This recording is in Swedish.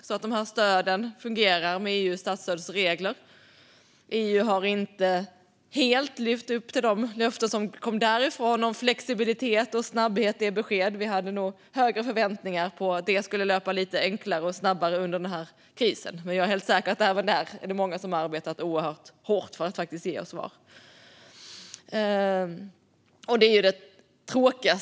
Stöden ska fungera med EU:s statsstödsregler. EU har inte helt nått upp till de löften som har kommit om flexibilitet och snabbhet i att ge besked. Vi hade höga förväntningar på att det arbetet skulle löpa enklare och snabbare under krisen, men jag är helt säker på att även där har många arbetat oerhört hårt för att ge svar.